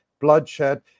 bloodshed